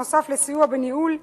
נוסף על סיוע בניהול המקצועי,